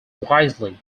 wisely